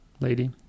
lady